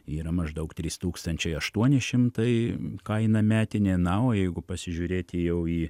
yra maždaug trys tūkstančiai aštuoni šimtai kaina metinė na o jeigu pasižiūrėti jau į